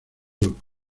look